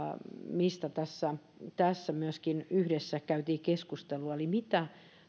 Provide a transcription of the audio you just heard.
mistä tässä tässä myöskin yhdessä käytiin keskustelua ja mitä